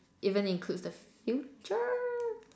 even includes the future